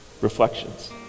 Reflections